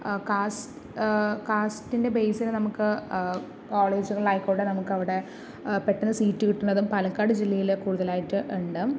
കാസ്റ്റിൻ്റെ ബേസിൽ നമുക്ക് കോളേജുകൾ ആയിക്കോട്ടെ നമുക്ക് അവിടെ പെട്ടെന്ന് സീറ്റ് കിട്ടുന്നതും പാലക്കാട് ജില്ലയിൽ കൂടുതലായിട്ട് ഉണ്ട്